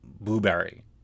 blueberry